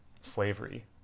slavery